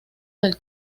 del